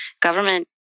government